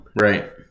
Right